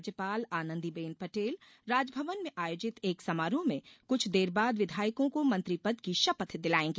राज्यपाल आनंदी बेन पटेल राजभवन में आयोजित एक समारोह में कुछ देर बाद विधायकों को मंत्री पद की शपथ दिलायेंगी